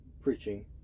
preaching